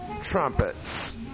trumpets